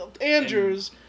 Andrews